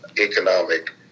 economic